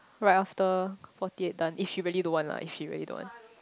right after forty at done if she really don't want lah if she really don't want